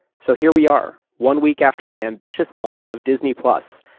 so here we are, one week after the ambitious launch of disney plus,